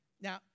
Now